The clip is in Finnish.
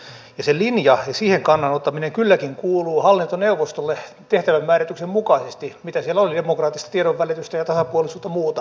ja se linja ja siihen kannan ottaminen kylläkin kuuluu hallintoneuvostolle tehtävänmäärityksen mukaisesti mitä siellä on demokraattista tiedonvälitystä ja tasapuolisuutta ja muuta